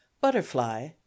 butterfly